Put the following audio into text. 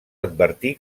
advertir